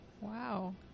Wow